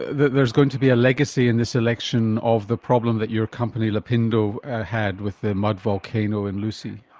that there's going to be a legacy in this election of the problem that your company lapindo ah had with the mud volcano in lusi?